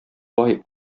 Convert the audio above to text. бай